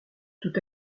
tout